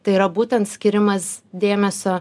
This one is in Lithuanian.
tai yra būtent skyrimas dėmesio